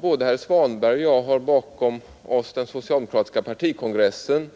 Både herr Svanberg och jag har bakom oss den socialdemokratiska partikongressen,